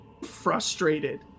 frustrated